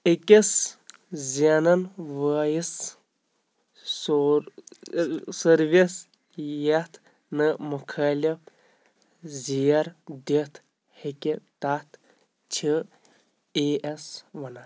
أکِس زیٛنَن وٲیِس سور سٔروِس یتھ نہٕ مُخٲلف زیر دِتھ ہیٚكہِ تتھ چھِ اے ایس ونان